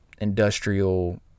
industrial